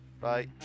Bye